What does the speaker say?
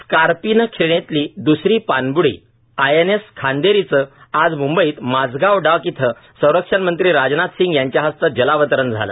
Scorpene श्रेणीतली दुसरी पाणबुडी आय एन एस खांदेरीचं आज मुंबईत माझगाव डॉक इथं संरक्षणमंत्री राजनाथ सिंग यांच्या हस्ते जलावतरण झालं